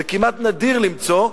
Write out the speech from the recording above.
זה כמעט נדיר למצוא,